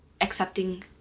accepting